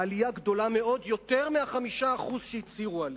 העלייה גדולה מאוד, יותר מה-5% שהצהירו עליהם.